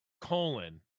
colon